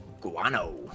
guano